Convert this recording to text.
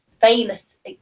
famous